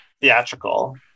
theatrical